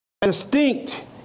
distinct